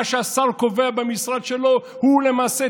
מה שהשר קובע במשרד שלו הוא למעשה,